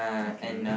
okay